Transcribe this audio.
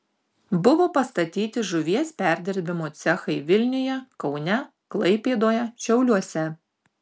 buvo pastatyti žuvies perdirbimo cechai vilniuje kaune klaipėdoje šiauliuose